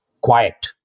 quiet